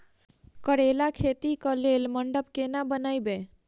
करेला खेती कऽ लेल मंडप केना बनैबे?